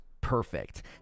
perfect